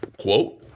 Quote